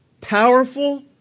powerful